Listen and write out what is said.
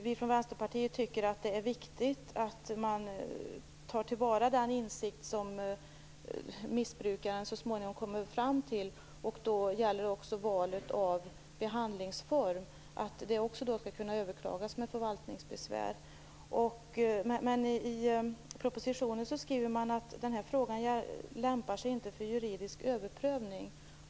Vi från Vänsterpartiet tycker att det är viktigt att man tar till vara den insikt som missbrukaren så småningom kommer fram till, och det blir då viktigt att även valet av behandlingsform kan överklagas med förvaltningsbesvär. I propositionen skriver man att frågan inte lämpar sig för juridisk överprövning.